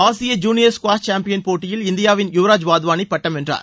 ஆசிய junior squash champion போட்டியில் இந்தியாவின் யுவராஜ் வாத்வாளி பட்டம் வென்றார்